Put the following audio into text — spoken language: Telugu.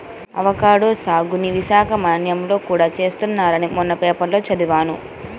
అవకాడో సాగుని విశాఖ మన్యంలో కూడా చేస్తున్నారని మొన్న పేపర్లో చదివాను